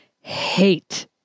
hate